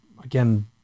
again